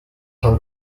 her